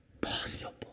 possible